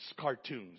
cartoons